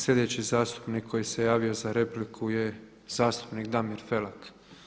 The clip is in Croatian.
Slijedeći zastupnik koji se javio za repliku je zastupnik Damir Felak.